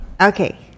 Okay